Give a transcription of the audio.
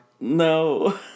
No